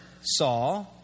saw